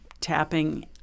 tapping